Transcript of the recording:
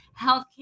healthcare